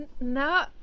No